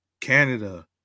Canada